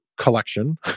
collection